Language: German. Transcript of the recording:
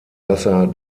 wasser